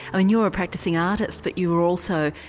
and you're a practising artist but you were also,